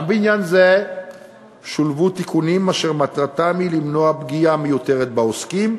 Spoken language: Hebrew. גם בעניין זה שולבו תיקונים אשר מטרתם היא למנוע פגיעה מיותרת בעוסקים,